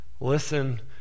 Listen